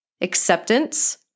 acceptance